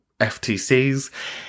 FTCs